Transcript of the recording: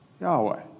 Yahweh